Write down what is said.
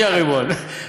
מי הריבון.